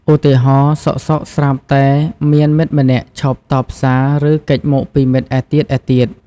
ឧទាហរណ៍ សុខៗស្រាប់តែមានមិត្តម្នាក់ឈប់តបសារ ឬ គេចមុខពីមិត្តឯទៀតៗ។